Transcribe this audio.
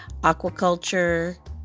aquaculture